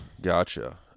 gotcha